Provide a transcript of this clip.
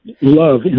love